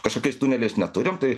kažkokiais tuneliais neturim tai